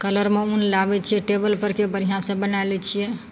कलरमे ऊन लाबय छियै टेबल परके बढ़िआँसँ बनाय लै छियै